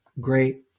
Great